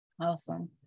Awesome